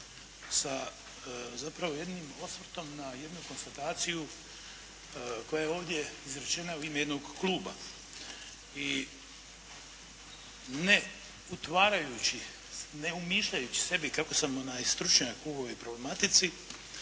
sa zapravo jednim osvrtom na jednu konstataciju koja je ovdje izrečena u ime jednog kluba i ne utvarajući, ne umišljajući sebi kako sam stručnjak u ovoj problematici,